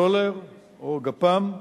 סולר או גפ"מ,